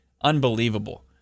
Unbelievable